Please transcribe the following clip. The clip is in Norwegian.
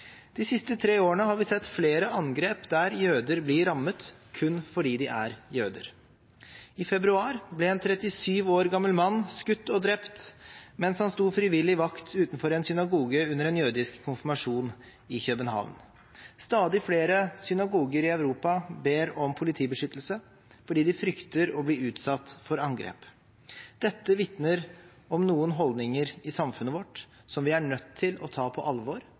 De siste tre årene har vi sett flere angrep der jøder blir rammet kun fordi de er jøder. I februar ble en 37 år gammel mann skutt og drept mens han sto frivillig vakt utenfor en synagoge under en jødisk konfirmasjon i København. Stadig flere synagoger i Europa ber om politibeskyttelse fordi de frykter å bli utsatt for angrep. Dette vitner om noen holdninger i samfunnet vårt som vi er nødt til å ta på alvor,